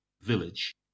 village